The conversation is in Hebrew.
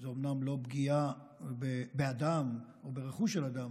זו אומנם לא פגיעה באדם או ברכוש של אדם,